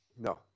No